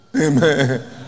Amen